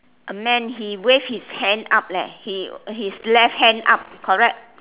a man he wave his hand up leh he his left hand up correct